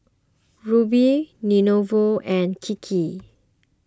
Rubi Lenovo and Kiki